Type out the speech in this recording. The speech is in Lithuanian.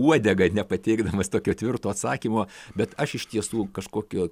uodegą nepateikdamas tokio tvirto atsakymo bet aš iš tiesų kažkokio